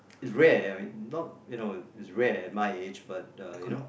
it's rare I mean not you know it's rare at my age but you know